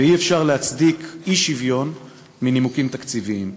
ואי-אפשר להצדיק אי-שוויון מנימוקים תקציביים.